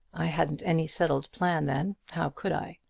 i hadn't any settled plan then how could i?